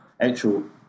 actual